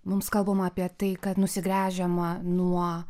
mums kalbama apie tai kad nusigręžiama nuo